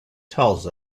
tells